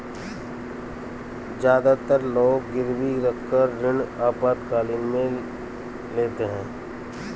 ज्यादातर लोग गिरवी रखकर ऋण आपातकालीन में लेते है